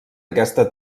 aquesta